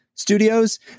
studios